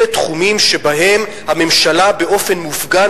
אלה תחומים שהממשלה באופן מופגן,